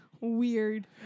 weird